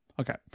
Okay